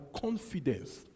confidence